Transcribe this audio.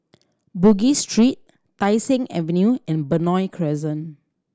Bugis Street Tai Seng Avenue and Benoi Crescent